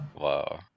Wow